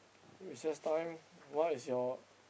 recess time what is your